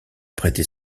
prêté